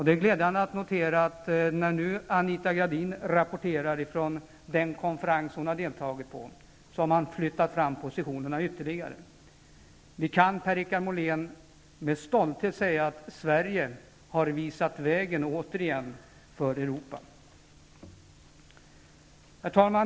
Det är glädjande att notera att det nu, när Anita Gradin rapporterar från den konferens som hon har deltagit i, visar sig att positionerna har flyttats fram ytterligare. Vi kan, Per-Richard Molén, med stolthet säga att Sverige återigen har visat vägen för Herr talman!